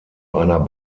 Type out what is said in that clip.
einer